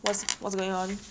what's what's going on